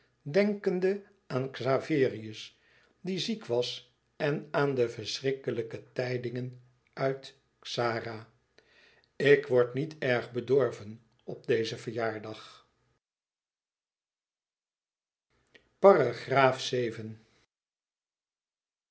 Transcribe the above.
denkende aan xaverius die ziek was en aan de verschrikkelijke tijdingen uit xara ik word niet erg bedorven op dezen verjaardag